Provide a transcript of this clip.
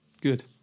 good